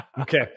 okay